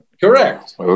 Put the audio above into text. Correct